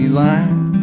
line